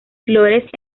flores